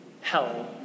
hell